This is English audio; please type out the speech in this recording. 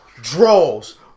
Draws